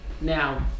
Now